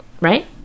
right